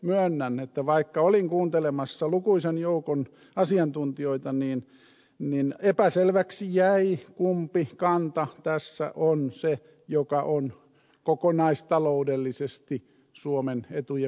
myönnän että vaikka olin kuuntelemassa lukuisan joukon asiantuntijoita epäselväksi jäi kumpi kanta tässä on se joka on kokonaistaloudellisesti suomen etujen mukainen